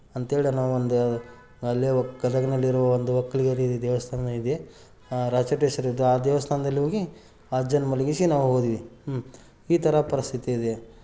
ಅಂಥೇಳಿ ನಾವೊಂದು ಅಲ್ಲಿಯೇ ಹೋಗಿ ಗದಗಿನಲ್ಲಿರೋ ಒಂದು ಒಕ್ಕಲಿಗ ದೇವಸ್ಥಾನ ಇದೆ ಆ ದೇವಸ್ಥಾನದಲ್ಲಿ ಹೋಗಿ ಆ ಅಜ್ಜನ ಮಲಗಿಸಿ ನಾವು ಹೋದ್ವಿ ಹ್ಞೂ ಈ ಥರ ಪರಿಸ್ಥಿತಿ ಇದೆ